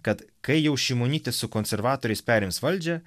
kad kai jau šimonytė su konservatoriais perims valdžią